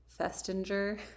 Festinger